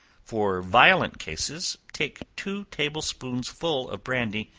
for violent cases, take two table-spoonsful of brandy,